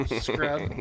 Scrub